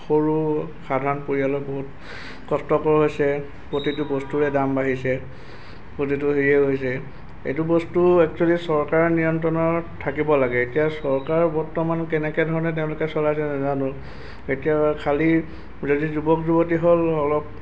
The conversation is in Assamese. সৰু সাধাৰণ পৰিয়ালৰ বহুত কষ্টকৰ হৈছে প্ৰতিটো বস্তুৰে দাম বাঢ়িছে প্ৰতিটো হেৰিয়ে হৈছে এইটো বস্তু একচ্যুৱেলি চৰকাৰ নিয়ন্ত্ৰণত থাকিব লাগে এতিয়া চৰকাৰেও বৰ্তমান কেনেকৈ ধৰণে তেওঁলোকে চলাইছে নাজানো এতিয়া খালী যদি যুৱক যুৱতীসকল অলপ